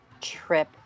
trip